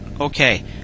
Okay